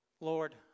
Lord